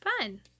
Fun